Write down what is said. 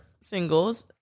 singles